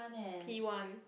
P one